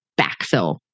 backfill